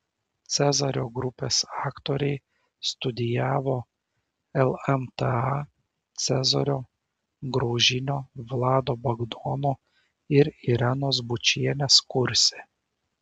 cezario grupės aktoriai studijavo lmta cezario graužinio vlado bagdono ir irenos bučienės kurse